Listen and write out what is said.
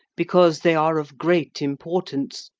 because they are of great importance,